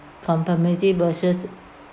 comfortability versus